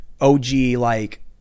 OG-like